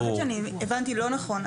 סליחה, אני חושבת שאני הבנתי לא נכון.